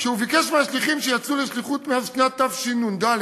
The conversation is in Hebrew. כשהוא ביקש מהשליחים שיצאו לשליחות מאז שנת תשנ"ד,